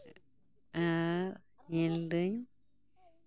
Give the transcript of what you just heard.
ᱮᱸᱜ ᱧᱮᱞ ᱮᱫᱟᱹᱧ